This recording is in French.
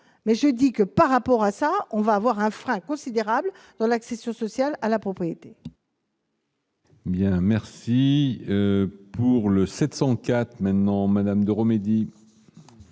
mais je dis que par rapport à ça, on va avoir un frein considérable dans l'accession sociale à la propriété. Bien, merci pour le 704 maintenant Madame de remédier.